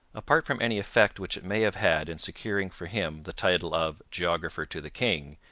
apart from any effect which it may have had in securing for him the title of geographer to the king,